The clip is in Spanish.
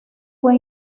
fue